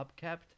upkept